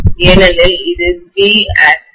ஏனெனில் இது B அச்சுஆக்சிஸ்